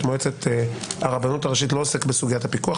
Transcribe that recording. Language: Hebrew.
מועצת הרבנות הראשית לא עוסק בסוגיית הפיקוח,